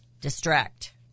distract